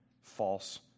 false